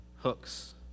hooks